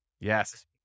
Yes